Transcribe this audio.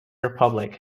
republic